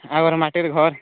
ଆଗର ମାଟିର ଘର